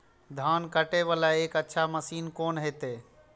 धान कटे वाला एक अच्छा मशीन कोन है ते?